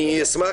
אני סוציולוג,